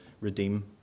redeem